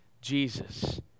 Jesus